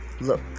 look